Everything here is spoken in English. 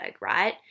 right